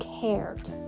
cared